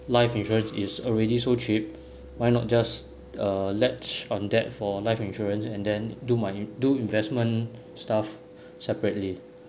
life insurance is already so cheap why not just uh ledge on that for life insurance and then do my do investment stuff separately